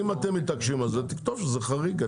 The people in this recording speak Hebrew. אם אתם מתעקשים על זה תכתוב שזה חריג.